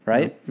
Right